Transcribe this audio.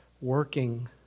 working